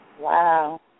Wow